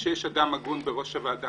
וכשיש אדם הגון בראש הוועדה,